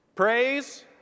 Praise